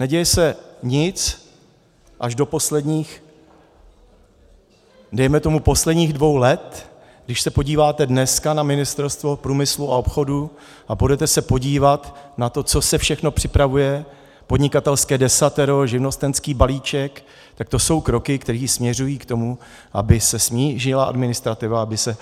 Neděje se nic až do dejme tomu posledních dvou let, když se podíváte dneska na Ministerstvo průmyslu a obchodu a půjdete se podívat na to, co se všechno připravuje podnikatelské desatero, živnostenský balíček, tak to jsou kroky, které směřují k tomu, aby se snížila administrativa, aby se